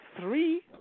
three